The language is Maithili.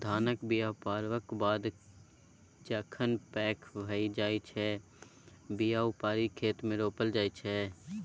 धानक बीया पारबक बाद जखन पैघ भए जाइ छै बीया उपारि खेतमे रोपल जाइ छै